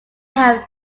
have